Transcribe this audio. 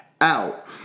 out